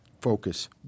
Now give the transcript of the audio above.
focus